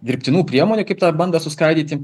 dirbtinų priemonių kaip tą bandą suskaidyti